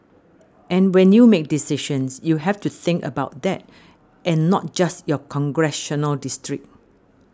and when you make decisions you have to think about that and not just your congressional district